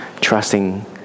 trusting